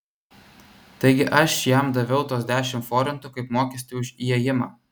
taigi aš jam daviau tuos dešimt forintų kaip mokestį už įėjimą